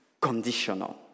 conditional